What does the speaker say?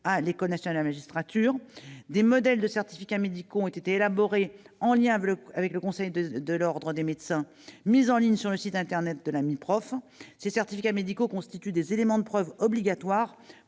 à l'École nationale de la magistrature ; des modèles de certificats médicaux, élaborés en lien avec le conseil de l'Ordre des médecins, ont été mis en ligne sur le site internet de la MIPROF, ces certificats médicaux constituant des éléments de preuve obligatoires